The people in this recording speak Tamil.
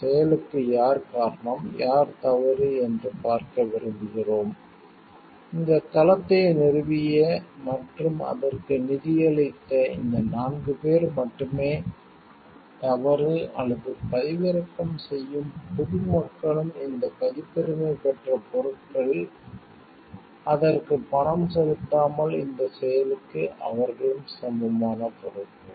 இந்த செயலுக்கு யார் காரணம் யார் தவறு என்று பார்க்க விரும்புகிறோம் இந்த தளத்தை நிறுவிய மற்றும் அதற்கு நிதியளித்த இந்த நான்கு பேர் மட்டுமே தவறு அல்லது பதிவிறக்கம் செய்யும் பொது மக்களும் இந்த பதிப்புரிமை பெற்ற பொருட்கள் அதற்கு பணம் செலுத்தாமல் இந்த செயலுக்கு அவர்களும் சமமான பொறுப்பு